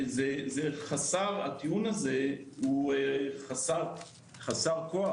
הטיעון הזה הוא חסר כוח,